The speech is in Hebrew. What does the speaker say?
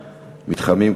מתחמים,